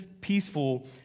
peaceful